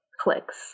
clicks